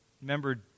Remember